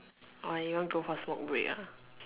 why you want go for smoke break ah